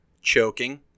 Choking